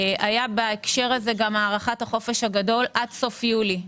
היה בהקשר הזה גם הארכת החופש הגדול עד סוף יולי.